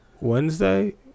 Wednesday